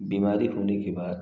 बीमारी होने के बाद